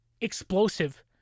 explosive